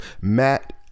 Matt